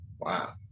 Wow